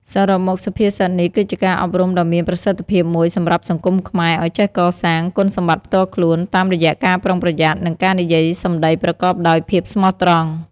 សរុបមក សុភាសិតនេះគឺជាការអប់រំដ៏មានប្រសិទ្ធភាពមួយសម្រាប់សង្គមខ្មែរឱ្យចេះកសាង គុណសម្បត្តិផ្ទាល់ខ្លួន តាមរយៈការប្រុងប្រយ័ត្ន និងការនិយាយសម្ដីប្រកបដោយភាពស្មោះត្រង់។